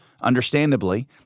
Understandably